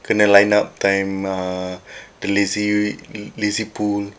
kena lineup time uh the lazy lazy pool